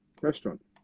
restaurant